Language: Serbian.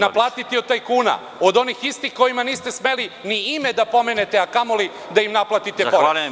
Naplatiti od tajkuna, od onih istih kojima niste smeli ni ime da pomenete, a kamoli da im naplatite porez.